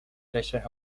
leyes